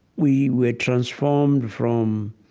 we were transformed from